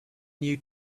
new